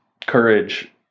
courage